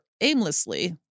aimlessly